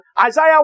Isaiah